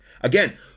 Again